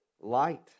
light